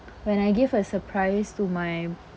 when I gave a surprise to my